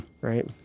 right